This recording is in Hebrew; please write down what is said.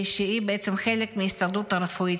שהיא בעצם חלק מההסתדרות הרפואית.